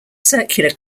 circular